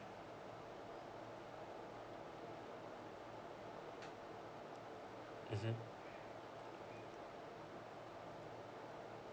mmhmm